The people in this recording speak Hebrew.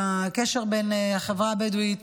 הקשר בין החברה הבדואית